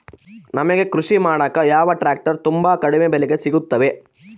ನಮಗೆ ಕೃಷಿ ಮಾಡಾಕ ಯಾವ ಟ್ರ್ಯಾಕ್ಟರ್ ತುಂಬಾ ಕಡಿಮೆ ಬೆಲೆಗೆ ಸಿಗುತ್ತವೆ?